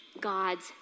God's